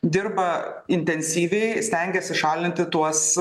dirba intensyviai stengiasi šalinti tuos